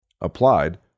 applied